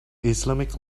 islamic